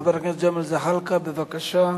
חבר הכנסת ג'מאל זחאלקה, בבקשה.